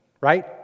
Right